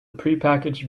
prepackaged